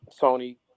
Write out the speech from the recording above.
sony